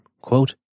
quote